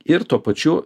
ir tuo pačiu